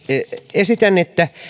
esitän että